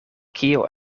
kio